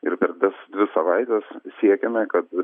ir per tas dvi savaites siekiame kad